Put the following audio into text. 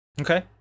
okay